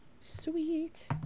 sweet